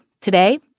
Today